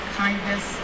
kindness